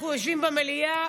אנחנו יושבים במליאה,